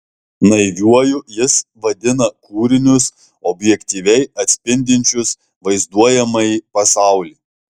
naiviuoju jis vadina kūrinius objektyviai atspindinčius vaizduojamąjį pasaulį